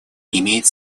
имеет